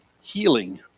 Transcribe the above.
healing